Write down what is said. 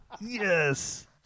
Yes